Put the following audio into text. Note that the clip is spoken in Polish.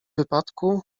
wypadku